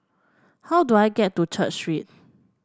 how do I get to Church Street